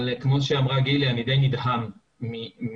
אבל כמו שאמרה גילי, אני די נדהם מהאירוע.